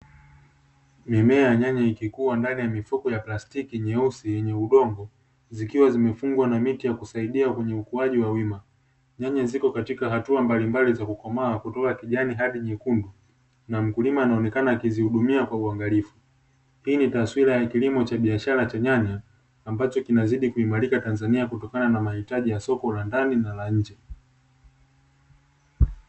Mimea ya nyanya ikikua ndani ya mifuko ya plastiki nyeusi yenye udongo, zikiwa zimefungwa na miti ya kusaidia kwenye ukuaji wa wima. Nyanya ziko katika hatua mbalimbali za kukomaa kutoka kijani hadi nyekundu na mkulima anaonekana akizihudumia kwa uangalifu. Hii ni taswira ya kilimo cha biashara cha nyanya ambacho kinazidi kuimarika Tanzania kutokana na mahitaji ya soko la ndani na la nje.